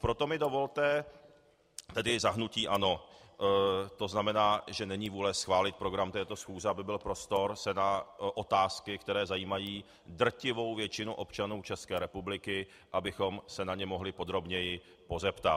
Proto mi dovolte tedy za hnutí ANO, to znamená, že není vůle schválit program této schůze, aby byl prostor se na otázky, které zajímají drtivou většinu občanů České republiky, abychom se na ně mohli podrobněji pozeptat.